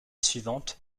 suivante